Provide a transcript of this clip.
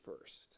first